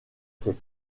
ses